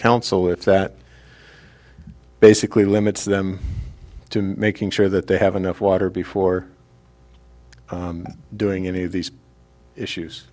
council if that basically limits them to making sure that they have enough water before doing any of these issues